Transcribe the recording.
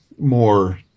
More